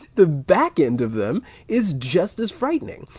the back end of them is just as frightening.